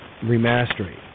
remastering